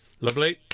Lovely